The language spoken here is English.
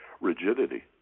rigidity